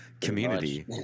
community